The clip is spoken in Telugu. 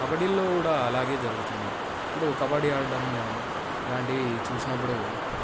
కబడ్డీలో కూడా అలాగే జరుగుతుంది ఇప్పుడు కబడ్డీ ఆడడం లాంటివి చూసినప్పుడు